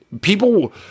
People